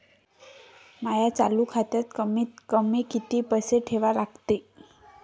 माया चालू खात्यात कमीत कमी किती पैसे ठेवा लागते?